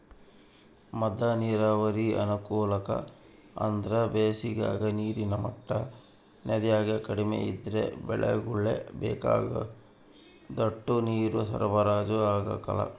ಮದ್ದ ನೀರಾವರಿ ಅನಾನುಕೂಲ ಅಂದ್ರ ಬ್ಯಾಸಿಗಾಗ ನೀರಿನ ಮಟ್ಟ ನದ್ಯಾಗ ಕಡಿಮೆ ಇದ್ರ ಬೆಳೆಗುಳ್ಗೆ ಬೇಕಾದೋಟು ನೀರು ಸರಬರಾಜು ಆಗಕಲ್ಲ